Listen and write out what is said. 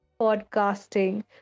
podcasting